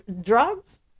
drugs